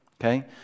Okay